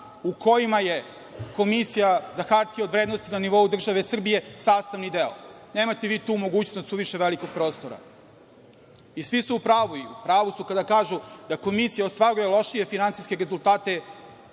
u kojima je Komisija za hartije od vrednosti na nivou države Srbije sastavni deo. Nemate vi tu mogućnosti suviše velikog prostora. Svi su u pravu kada kažu da Komisija ostvaruje lošije finansijske rezultate